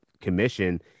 commission